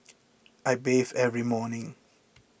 I bathe every morning